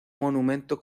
monumento